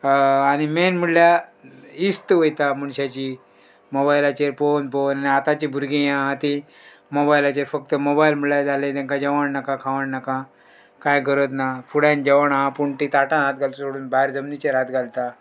आनी मेन म्हणल्यार इस्त वयता मणश्याची मोबायलाचेर पळोवन पळोवन आनी आतांची भुरगीं आहा तीं मोबायलाचेर फक्त मोबायल म्हळ्यार जालें तांकां जेवण नाका खावण नाका कांय गरज ना फुड्यान जेवण आहा पूण तीं ताटां हात घालता सोडून भायर जमनीचेर हात घालता